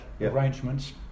arrangements